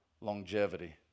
longevity